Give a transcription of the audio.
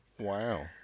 Wow